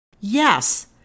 Yes